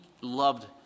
loved